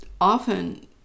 often